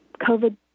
COVID